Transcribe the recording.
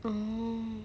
oh